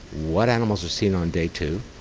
what animals are seen on day two,